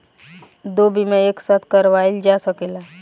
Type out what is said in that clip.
दो बीमा एक साथ करवाईल जा सकेला?